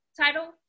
title